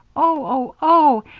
oh! oh! oh!